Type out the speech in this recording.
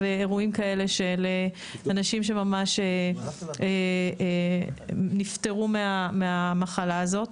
אירועים כאלה אנשים שממש נפטרו מהמחלה הזאת.